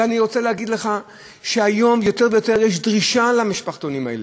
ואני רוצה להגיד לך שהיום יש יותר ויותר דרישה למשפחתונים האלה,